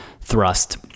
thrust